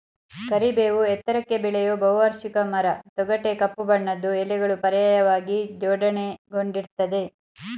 ಕರಿಬೇವು ಎತ್ತರಕ್ಕೆ ಬೆಳೆಯೋ ಬಹುವಾರ್ಷಿಕ ಮರ ತೊಗಟೆ ಕಪ್ಪು ಬಣ್ಣದ್ದು ಎಲೆಗಳು ಪರ್ಯಾಯವಾಗಿ ಜೋಡಣೆಗೊಂಡಿರ್ತದೆ